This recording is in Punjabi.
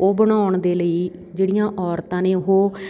ਉਹ ਬਣਾਉਣ ਦੇ ਲਈ ਜਿਹੜੀਆਂ ਔਰਤਾਂ ਨੇ ਉਹ